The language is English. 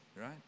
Right